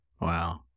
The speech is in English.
wow